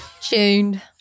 tuned